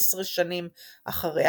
עוד 11 שנים אחריה,